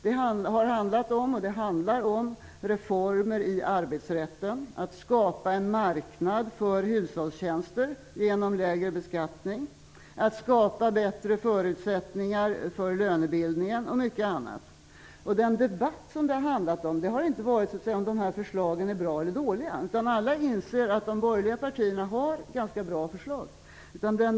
Det har handlat om, och det handlar om, reformer i arbetsrätten, om att skapa en marknad för hushållstjänster genom lägre beskattning, om att skapa bättre förutsättningar för lönebildningen och mycket annat. Debatten har inte handlat om huruvida förslagen är bra eller dåliga. Alla inser att de borgerliga partierna har ganska bra förslag.